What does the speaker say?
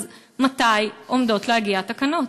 אז מתי עומדות להגיע תקנות?